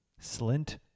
Slint